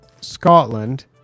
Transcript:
Scotland